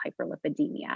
hyperlipidemia